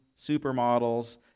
supermodels